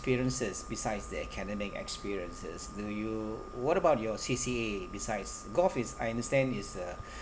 experiences besides the academic experiences do you what about your C_C_A besides golf is I understand it's uh